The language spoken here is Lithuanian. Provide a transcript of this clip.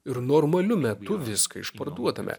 ir normaliu metu viską išparduodame